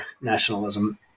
nationalism